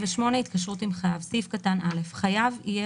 "התקשרות עם חייב 28. (א)חייב יהיה